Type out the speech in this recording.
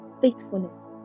faithfulness